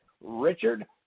Richard